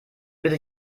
bitte